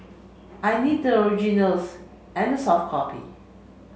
I need the originals and the soft copy